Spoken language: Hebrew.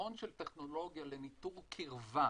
היתרון של טכנולוגיה לניטור קירבה,